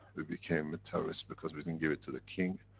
we became a terrorist, because we didn't give it to the king,